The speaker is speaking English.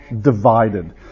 divided